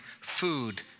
food